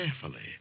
carefully